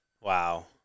Wow